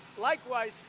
likewise,